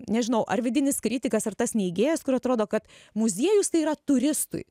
nežinau ar vidinis kritikas ar tas neigėjas kur atrodo kad muziejus tai yra turistui